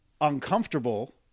uncomfortable